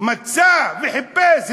מצא וחיפש הזדמנות: